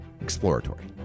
exploratory